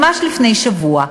ממש לפני שבוע,